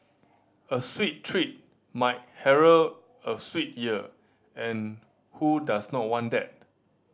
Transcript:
a sweet treat might herald a sweet year and who does not want that